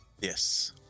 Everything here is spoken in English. Yes